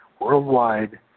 worldwide